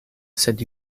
sed